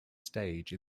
stage